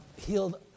healed